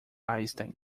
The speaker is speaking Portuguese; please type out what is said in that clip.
einstein